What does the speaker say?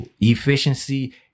efficiency